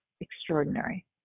extraordinary